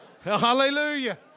Hallelujah